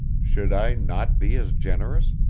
should i not be as generous,